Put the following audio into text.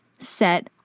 set